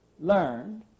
learned